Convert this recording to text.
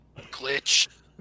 glitch